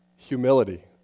Humility